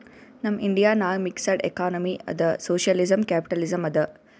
ನಮ್ ಇಂಡಿಯಾ ನಾಗ್ mixed economy ಅದಾ ಸೋಶಿಯಲಿಸಂ, ಕ್ಯಾಪಿಟಲಿಸಂ ಅದಾ